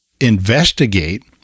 investigate